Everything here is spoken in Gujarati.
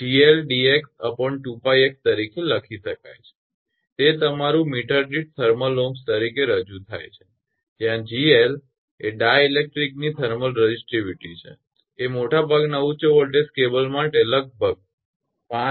𝑑𝑥 2𝜋𝑥 તરીકે લખી શકાય છે તે તમારું મીટર દીઠ થર્મલ ઓહ્મસ તરીકે રજૂ થાય છે જ્યાં 𝑔𝑙 ડાઇલેક્ટ્રિકની થર્મલ રેઝિસ્ટિવિટી છે એ મોટાભાગના ઉચ્ચ વોલ્ટેજ કેબલ્સ માટે લગભગ 5